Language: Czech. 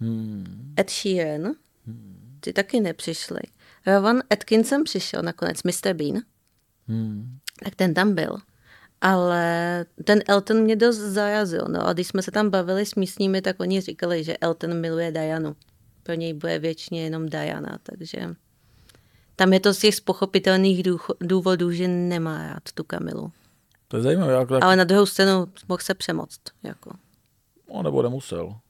Hmm. Ed Sheeran. Hmm. Ty taky nepřišli. Eh, Van Atkinson přišel nakonec, Mr. Bean. Hmm. Tak ten tam byl. Ale ten Elton mě dost zarazil. No a když jsme se tam bavili s místními, tak oni říkali, že Elton miluje Dianu. Pro něj bude věčně jenom Diana, takže tam je to z těch spochopitelných důcho- důvodů, že nemá rád tu Kamilu. To je zajímavé, já to taky- Ale na druhou stranu mohl se přemoct, jako. No, nebo nemusel.